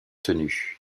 tenu